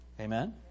Amen